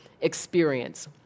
experience